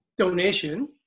donation